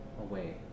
away